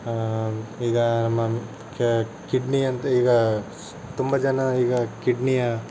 ಈಗ ನಮ್ಮ ಕಿಡ್ನಿಯಂತೆ ಈಗ ತುಂಬ ಜನ ಈಗ ಕಿಡ್ನಿಯ